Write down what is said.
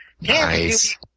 Nice